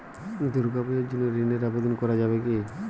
দুর্গাপূজার জন্য ঋণের আবেদন করা যাবে কি?